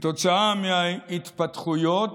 כתוצאה מההתפתחויות,